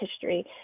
history